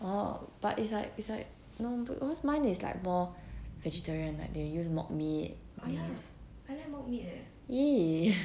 oh but it's like it's like no because mine is like more vegetarian like they use mock meat !ee!